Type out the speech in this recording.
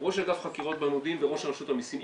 ראש אגף החקירות במודיעין וראש רשות המסים.